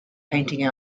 painting